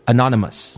Anonymous